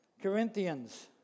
Corinthians